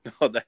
No